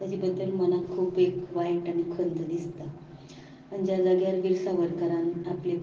ताचे बद्दल मनांक खूब एक वायट आनी खंत दिसता ज्या जाग्यार वीर सावरकरान आपले